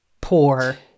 poor